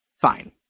Fine